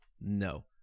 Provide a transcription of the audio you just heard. No